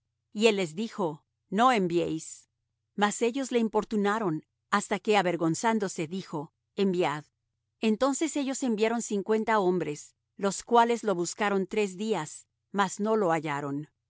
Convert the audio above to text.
y él les dijo no enviéis mas ellos le importunaron hasta que avergonzándose dijo enviad entonces ellos enviaron cincuenta hombres los cuales lo buscaron tres días mas no lo hallaron y